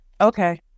Okay